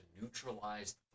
neutralize